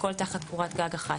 הכול תחת קורת גג אחת.